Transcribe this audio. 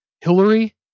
Hillary